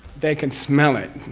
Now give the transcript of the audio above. they can smell it.